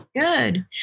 Good